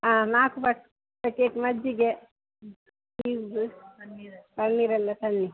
ಹಾಂ ನಾಲ್ಕು ಬ ಪೆಕೆಟ್ ಮಜ್ಜಿಗೆ ಚೀಸ ಪನೀರ್ ಎಲ್ಲ ತನ್ನಿ